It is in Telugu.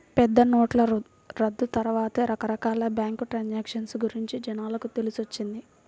పెద్దనోట్ల రద్దు తర్వాతే రకరకాల బ్యేంకు ట్రాన్సాక్షన్ గురించి జనాలకు తెలిసొచ్చింది